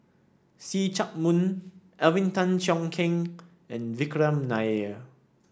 See Chak Mun Alvin Tan Cheong Kheng and Vikram Nair